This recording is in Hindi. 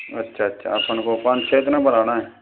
अच्छा अच्छा अपन को पाँच छः दिन में पढ़ाना है